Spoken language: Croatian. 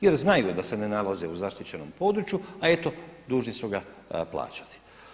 Jer znaju da se ne nalaze u zaštićenom području a eto dužni su ga plaćati.